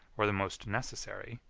or the most necessary,